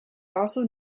also